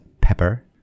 pepper